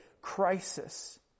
crisis